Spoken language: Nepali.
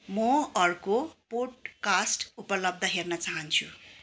म अर्को पोडकास्ट उपलब्ध हेर्न चाहन्छु